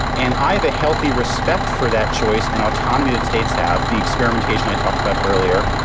and i have a healthy respect for that choice and autonomy that states have, the experimentation i talked about earlier.